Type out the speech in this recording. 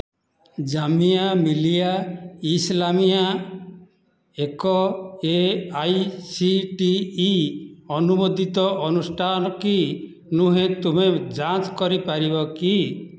ଜାମିଆ ମିଲିଆ ଇସ୍ଲାମିଆ ଏକ ଏଆଇସିଟିଇ ଅନୁମୋଦିତ ଅନୁଷ୍ଠାନ କି ନୁହେଁ ତୁମେ ଯାଞ୍ଚ କରିପାରିବ କି